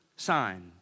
sign